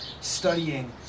studying